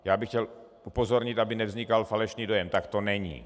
Já bych chtěl upozornit, aby nevznikal falešný dojem tak to není.